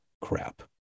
crap